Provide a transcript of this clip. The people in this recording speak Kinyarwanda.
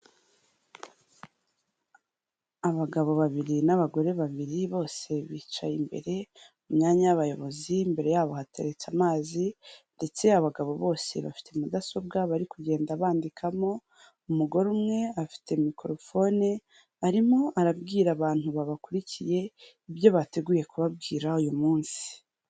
Abagabo babiri n'abagore babiri bose bicaye imbere mu myanya y'abayobozi imbere yabo hateretse amazi ndetse abagabo bose bafite mudasobwa bari kugenda bandikamo umugore umwe afite microphone arimo arabwira abantu babakurikiye ibyo bateguye kubabwira uyu munsi.